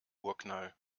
urknall